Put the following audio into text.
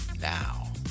now